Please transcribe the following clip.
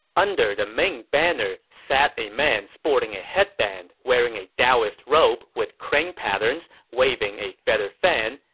under the main banner sat a man sporting a headband, wearing a daoist robe with crane patterns, waving a feather fan,